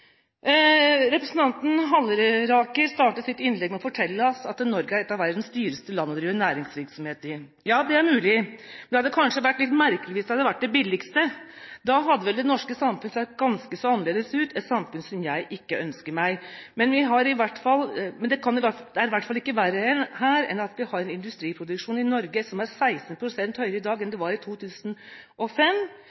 Representanten Halleraker startet sitt innlegg med å fortelle at Norge er et av verdens dyreste land å drive næringsvirksomhet i. Ja, det er mulig, men det hadde kanskje vært litt merkelig hvis det hadde vært det billigste. Da hadde det norske samfunnet sett ganske så annerledes ut – det hadde vært et samfunn som jeg ikke ønsker meg. Det er i hvert fall ikke verre her enn at vi har en industriproduksjon i Norge som er 16 pst. høyere i dag enn